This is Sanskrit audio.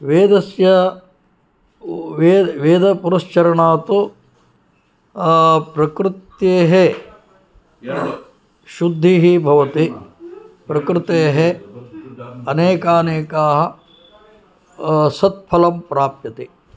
वेदस्य वेदपुरस्चरणात् प्रकृतेः शुद्धिः भवति प्रकृतेः अनेकानेकाः सत्फलं प्राप्यते